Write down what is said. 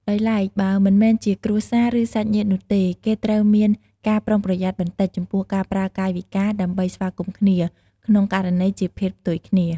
ដោយឡែក បើមិនមែនជាគ្រួសារ ឬ សាច់ញាតិនោះទេ គេត្រូវមានការប្រុងប្រយ័ត្នបន្តិចចំពោះការប្រើកាយវិការ ដើម្បីស្វាគមន៌គ្នា ក្នុងករណីជាភេទផ្ទុយគ្នា។